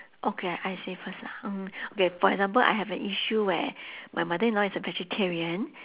okay I I say first lah mmhmm okay for example I have an issue where my mother in law is a vegetarian